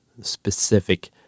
specific